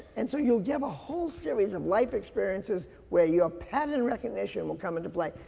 and so you'll give a whole series of life experiences where your pattern recognition will come into play.